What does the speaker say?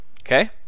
Okay